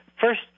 first